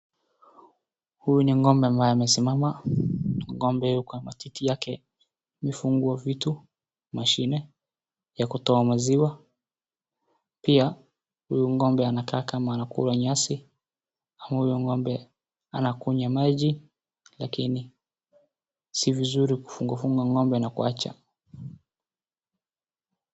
Huyu ni ng'ombe ambaye amesimama. Ng'ombe kwa matiti yake amefungwa vitu, mashine ya kutoa maziwa. Pia, huyu ng'ombe anakaa kama anakula nyasi, au huyu ng'ombe anakunywa maji lakini si vizuri kufungafunga ng'ombe na kuacha.